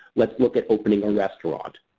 let's look at opening a restaurant.